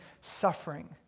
suffering